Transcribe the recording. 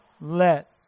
let